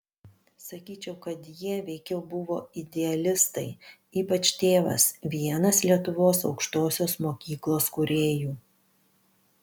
sakyčiau kad jie veikiau buvo idealistai ypač tėvas vienas lietuvos aukštosios mokyklos kūrėjų